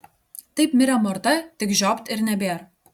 taip mirė morta tik žiopt ir nebėr